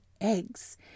eggs